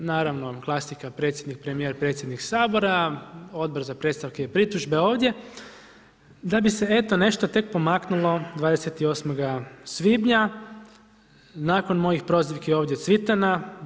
Naravno klasika, predsjednik, premjer, predsjednik Sabora, Odbor za predstavke i pritužbe ovdje, da bi se eto nešto tek pomaknulo 28. svibnja, nakon mojih prozivki ovdje Cvitana.